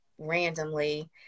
randomly